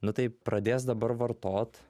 nu tai pradės dabar vartot